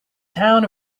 town